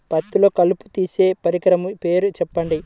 పత్తిలో కలుపు తీసే పరికరము పేరు చెప్పండి